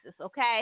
okay